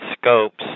Scopes